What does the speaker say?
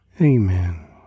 Amen